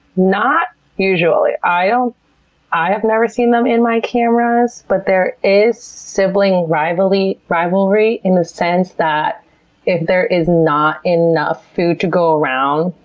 not usually. i ah i have never seen them in my cameras, but there is sibling rivalry rivalry in the sense that if there is not enough food to go around,